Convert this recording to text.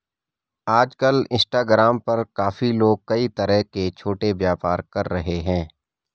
आजकल इंस्टाग्राम पर काफी लोग कई तरह के छोटे व्यापार कर रहे हैं